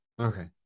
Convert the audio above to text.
Okay